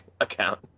account